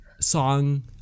song